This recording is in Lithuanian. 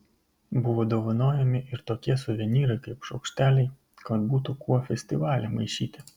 buvo dovanojami ir tokie suvenyrai kaip šaukšteliai kad būtų kuo festivalį maišyti